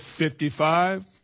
55